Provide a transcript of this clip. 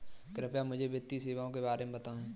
कृपया मुझे वित्तीय सेवाओं के बारे में बताएँ?